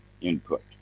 input